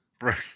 right